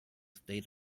stayed